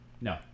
No